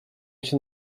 się